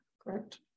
Correct